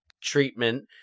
treatment